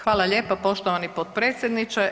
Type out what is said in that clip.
Hvala lijepa poštovani potpredsjedniče.